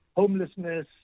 homelessness